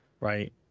right